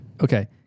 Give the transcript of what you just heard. Okay